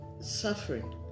suffering